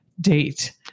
date